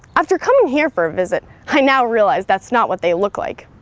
after coming here for a visit, i now realize that's not what they look like.